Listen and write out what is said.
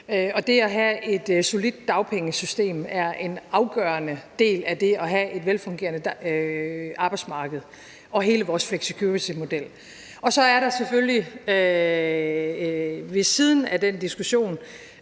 og det at have et solidt dagpengesystem er en afgørende del af det at have et velfungerende arbejdsmarked og af hele vores flexicuritymodel. Så er der selvfølgelig ved siden af den diskussion